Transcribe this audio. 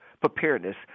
preparedness